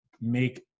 make